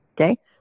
okay